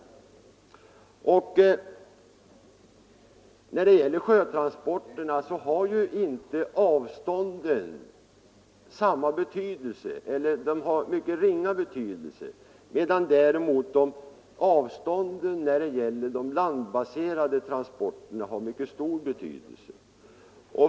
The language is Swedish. När det gäller sjötransporterna har avstånden ringa betydelse, medan avstånden när det gäller de landbaserade transporterna har mycket stor betydelse.